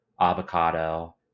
avocado